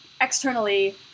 externally